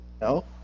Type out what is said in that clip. No